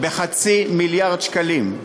של חצי מיליארד שקלים.